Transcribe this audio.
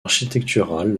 architecturale